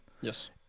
Yes